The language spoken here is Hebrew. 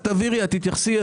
את תבהירי, את תתייחסי.